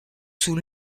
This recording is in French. sous